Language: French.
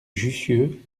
jussieu